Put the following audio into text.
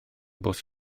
bws